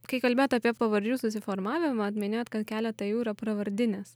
kai kalbėjot apie pavardžių susiformavimą minėjot kad keleta jų yra pravardinės